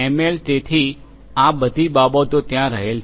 L તેથી આ બધી બાબતો ત્યાં રહેલ છે